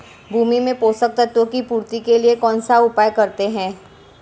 भूमि में पोषक तत्वों की पूर्ति के लिए कौनसा उपाय करते हैं?